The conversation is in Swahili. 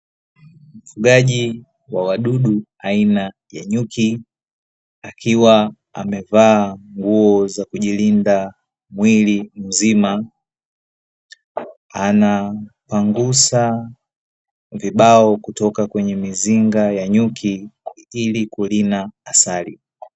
Mfugaji wa wadudu aina ya nyuki akiwa amevaa nguo za kujilinda mwili mzima, anapangusa vibao kutoka kwenye mizinga ya nyuki ili kurina asali.